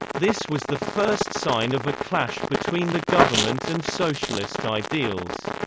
this was the first sign of a clash between the government and socialist ideals.